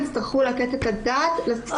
אני